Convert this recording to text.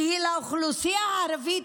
שהיא לאוכלוסייה הערבית,